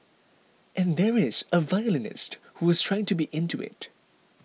and there is a violinist who was trying to be into it